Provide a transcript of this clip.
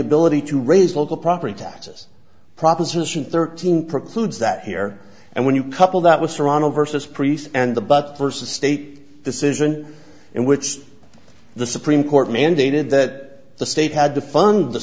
ability to raise local property taxes proposition thirteen precludes that here and when you couple that with serrano versus priest and the but versus state decision in which the supreme court mandated that the state had to fund the